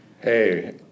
Hey